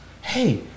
hey